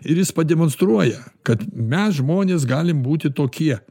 ir jis pademonstruoja kad mes žmonės galim būti tokie